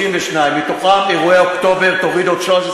מהם על-ידי צה"ל,